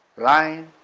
line.